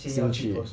兴趣